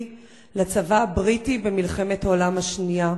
לצבא הבריטי במלחמת העולם השנייה.